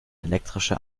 elektrische